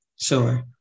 Sure